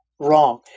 wrong